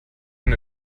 von